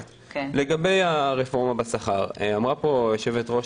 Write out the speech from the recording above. לגבי הרפורמה בשכר אמרה פה יושבת-ראש